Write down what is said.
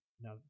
Now